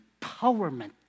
empowerment